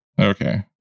Okay